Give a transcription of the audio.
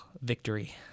victory